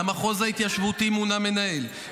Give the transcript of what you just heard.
למחוז ההתיישבותי מונה מנהל,